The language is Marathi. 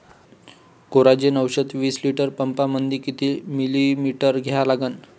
कोराजेन औषध विस लिटर पंपामंदी किती मिलीमिटर घ्या लागन?